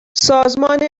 سازمان